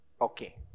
okay